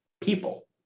people